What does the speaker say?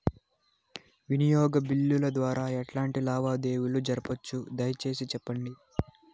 వినియోగ బిల్లుల ద్వారా ఎట్లాంటి లావాదేవీలు జరపొచ్చు, దయసేసి సెప్పండి?